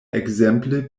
ekzemple